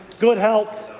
good health,